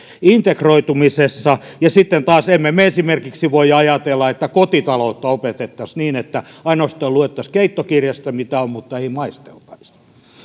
integroitumisessa ja sitten taas emme me esimerkiksi voi ajatella että kotitaloutta opetettaisiin niin että ainoastaan luettaisiin keittokirjasta mitä on mutta ei maisteltaisi